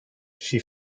she